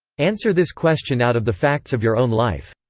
answer this question out of the facts of your own life.